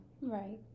Right